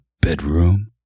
bedroom